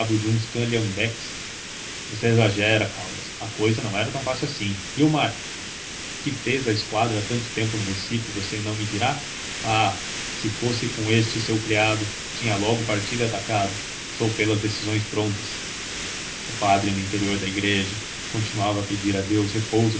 calhambeques você exagera caldas a cousa não era tão fácil assim e o mar que fez a esquadra tanto tempo no recife você não me dirá ah se fosse com este seu criado tinha logo partido e atacado sou pelas decisões prontas o padre no interior da igreja continuava a pedir a deus repouso